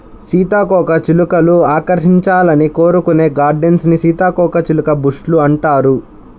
సీతాకోకచిలుకలు ఆకర్షించాలని కోరుకునే గార్డెన్స్ ని సీతాకోకచిలుక బుష్ లు అంటారు